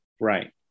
right